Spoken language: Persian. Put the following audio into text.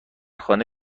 خانه